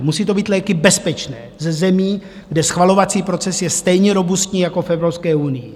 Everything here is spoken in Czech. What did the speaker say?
Musí to být léky bezpečné, ze zemí, kde schvalovací proces je stejně robustní jako v Evropské unii.